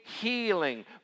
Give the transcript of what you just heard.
healing